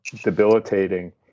debilitating